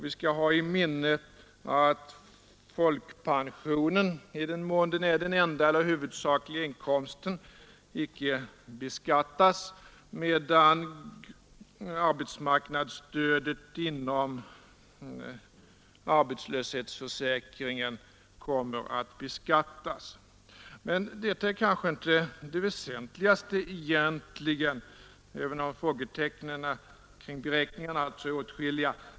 Vi bör ha i minnet att folkpensionen, i den mån den är den enda eller den huvudsakliga inkomsten, inte beskattas, medan arbetsmarknadsstödet inom arbetslöshetsförsäkringen kommer att beskattas. Detta är ändå inte det väsentligaste, även om frågetecknen kring beräkningarna alltså är åtskilliga.